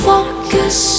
Focus